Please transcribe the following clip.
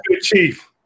chief